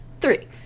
Three